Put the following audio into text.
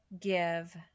give